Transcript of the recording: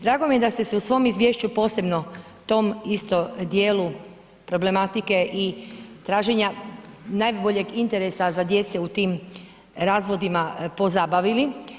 Drago mi je da ste se u svom izvješću posebno tom isto dijelu problematike i traženja najboljeg interesa za djece u tim razvodima pozabavili.